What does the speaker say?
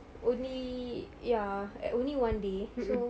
only ya and only one day so